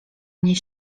nie